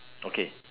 okay